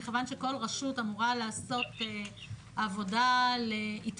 מכיוון שכל רשות אמורה לעשות עבודה להתפנות